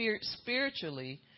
spiritually